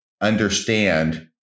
understand